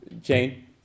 Jane